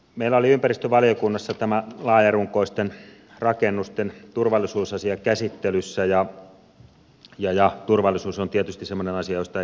meillä oli ympäristövaliokunnassa tämä laajarunkoisten rakennusten turvallisuusasia käsittelyssä ja turvallisuus on tietysti semmoinen asia josta ei pidä tinkiä